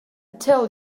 tell